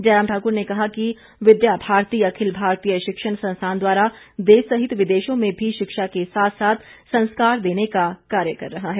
जयराम ठाकुर ने कहा कि विद्या भारती अखिल भारतीय शिक्षण संस्थान द्वारा देश सहित विदेशों में भी शिक्षा के साथ साथ संस्कार देने का कार्य किया जा रहा है